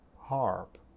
harp